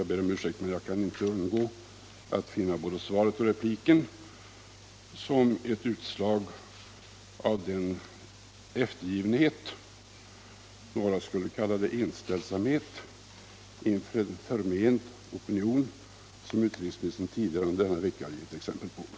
Jag ber om ursäkt, men jag kan inte undgå att betrakta både svaret och repliken som utslag av den eftergivenhet — några skulle kalla det inställsamhet — inför en förment opinion som utrikesministern tidigare under denna vecka har givit exempel på.